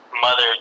mother